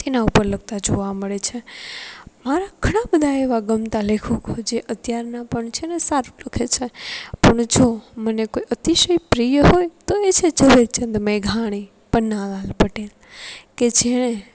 તેના ઉપર લખતા જોવા મળે છે મારા ઘણા બધા એવા ગમતા લેખકો જે અત્યારના પણ છે અને સારું લખે છે પણ જો મને કોઈ અતિશય પ્રિય હોય તો એ છે ઝવેરચંદ મેધાણી પન્નાલાલ પટેલ કે જેણે